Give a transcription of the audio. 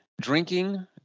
Drinking